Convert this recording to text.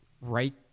right